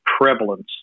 prevalence